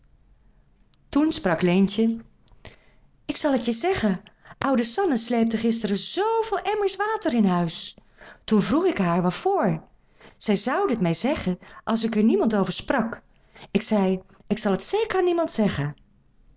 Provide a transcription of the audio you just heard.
toen sprak leentje ik zal het je zeggen oude sanne sleepte gisteren zooveel emmers water in huis toen vroeg ik haar waarvoor zij zoude het mij zeggen als ik er niemand over sprak ik zei ik zal het zeker aan niemand zeggen